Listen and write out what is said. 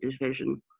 division